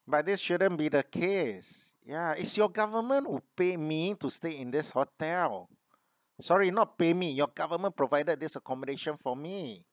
but this shouldn't be the case ya it's your government who pay me to stay in this hotel sorry not pay me your government provided this accommodation for me